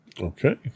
Okay